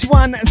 one